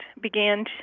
began